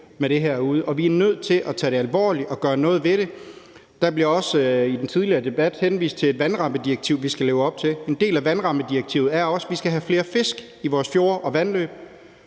med det her derude, og vi er nødt til at tage det alvorligt og gøre noget ved det. Der blev også i den tidligere debat henvist til et vandrammedirektiv, vi skal leve op til. En del af vandrammedirektivet er også, at vi skal have flere fisk i vores fjorde og vandløb.